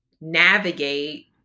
navigate